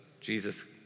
Jesus